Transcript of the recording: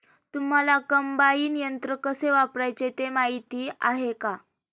तुम्हांला कम्बाइन यंत्र कसे वापरायचे ते माहीती आहे का?